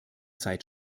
zeit